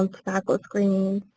um tobacco screening.